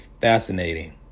fascinating